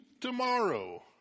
tomorrow